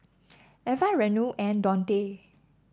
Eva Reno and Dontae